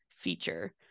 feature